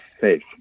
safe